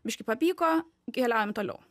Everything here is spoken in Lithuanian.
biškį papyko keliaujam toliau